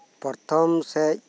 ᱯᱚᱨᱛᱷᱚᱢ ᱥᱮᱡ